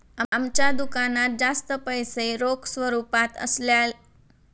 आमच्या दुकानात जास्त पैसे रोख स्वरूपात असल्यास चलन वाढीचे नुकसान होऊ शकेल